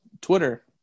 Twitter